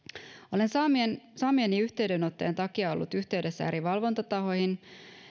olen saamieni saamieni yhteydenottojen takia ollut yhteydessä eri valvontatahoihin